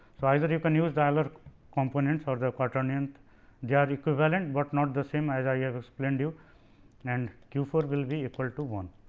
so, either you can use the euler components or the quaternion they are equivalent, but not the same as i explained you and q four will be equal to one.